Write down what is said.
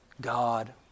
God